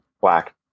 black